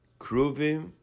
Kruvim